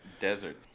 Desert